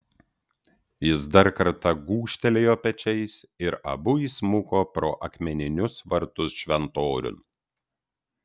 jis dar kartą gūžtelėjo pečiais ir abu įsmuko pro akmeninius vartus šventoriun